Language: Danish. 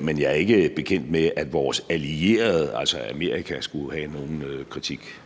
Men jeg er ikke bekendt med, at vores allierede, altså Amerika, skulle have nogen kritik.